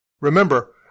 Remember